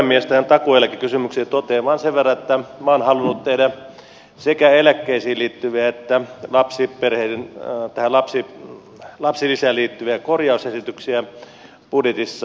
tähän takuueläkekysymykseen totean vain sen verran että minä olen halunnut tehdä sekä eläkkeisiin liittyviä että lapsiperheiden ottaa lapsi on lapsi lapsilisään liittyviä korjausesityksiä budjetissa